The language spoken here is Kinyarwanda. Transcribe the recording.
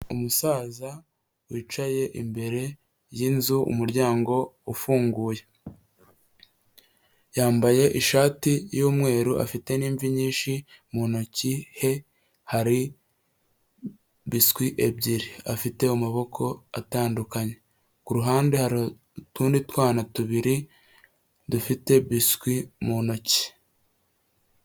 Umusaza wicaye imbere y'inzu umuryango ufunguye, yambaye ishati y'umweru afite n'imvi nyinshi, mu ntoki he hari biswi ebyiri afite mu maboko atandukanye, ku ruhande hari utundi twana tubiri dufite biswi mu ntoki.